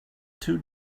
two